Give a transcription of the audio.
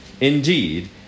Indeed